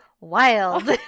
wild